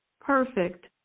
perfect